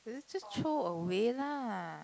then just throw away lah